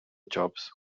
jobs